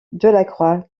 delacroix